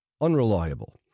unreliable